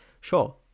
sure